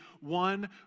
one